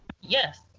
Yes